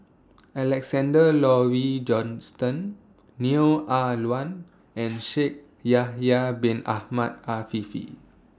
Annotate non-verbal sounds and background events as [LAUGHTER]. Alexander Laurie Johnston Neo Ah Luan and [NOISE] Shaikh Yahya Bin Ahmed Afifi